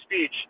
speech